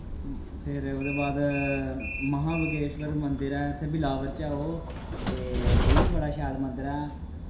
फिर ओह्दे बाद महां बगेशवर मंदर ऐ इत्थें बिलावर च ऐ ओह् ते एह् बी बड़ा शैल मन्दर ऐ